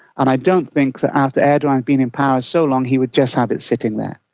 and i don't think that after erdogan being in power so long he would just have it sitting there.